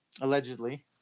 allegedly